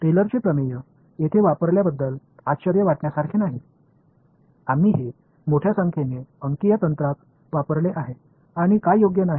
டெய்லரின்Taylor's தேற்றம் இங்கு பயன்படுத்தப்படுவதில் ஆச்சரியப்படுவதற்கில்லை இதை நாம் சரியில்லாத எண் நுட்பங்களில் விரிவாகப் பயன்படுத்தினோம்